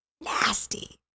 nasty